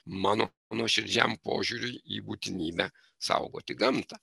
mano nuoširdžiam požiūriui į būtinybę saugoti gamtą